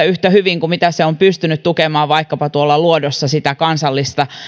yhtä hyvin kuin se on pystynyt tukemaan vaikkapa tuolla luodossa sitä